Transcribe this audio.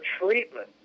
treatment